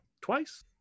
twice